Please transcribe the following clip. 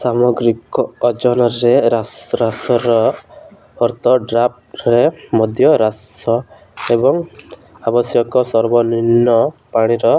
ସାମଗ୍ରିକ ଓଜନରେ ହ୍ରାସ ହ୍ରାସର ଅର୍ଥ ଡ୍ରାଫ୍ଟରେ ମଧ୍ୟ ହ୍ରାସ ଏବଂ ଆବଶ୍ୟକ ସର୍ବନିମ୍ନ ପାଣିର